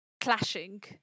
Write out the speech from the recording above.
clashing